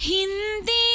Hindi